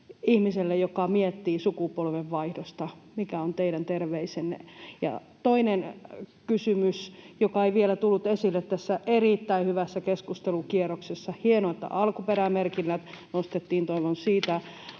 ihmiselle, joka miettii sukupolvenvaihdosta? Mikä on teidän terveisenne? Ja toinen kysymys, joka ei vielä tullut esille tässä erittäin hyvässä keskustelukierroksessa — hienoa, että alkuperämerkinnät nostettiin, toivon siitä